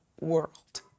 world